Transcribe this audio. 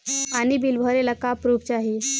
पानी बिल भरे ला का पुर्फ चाई?